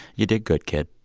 you did good, kid